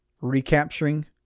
recapturing